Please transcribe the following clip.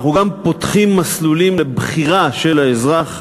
אנחנו גם פותחים מסלולים לבחירה של האזרח,